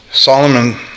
Solomon